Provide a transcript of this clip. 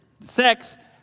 Sex